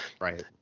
Right